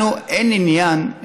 לנו אין עניין,